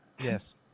Yes